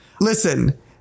Listen